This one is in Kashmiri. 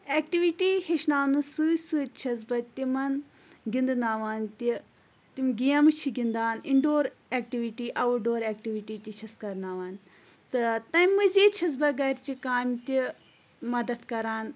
اٮ۪کٹِوِٹی ہیٚچھناونہٕ سۭتۍ سۭتۍ چھَس بہٕ تِمَن گِنٛدناوان تہِ تِم گیمہٕ چھِ گِنٛدان indoor activity outdoor activity تہِ چھَس کَرناوان تہٕ تَمہِ مٔزیٖد چھَس بہٕ گَرِچہِ کامہِ تہِ مَدَتھ کَران